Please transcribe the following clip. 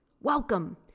Welcome